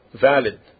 valid